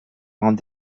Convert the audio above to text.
rangs